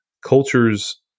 cultures